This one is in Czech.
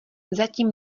zatím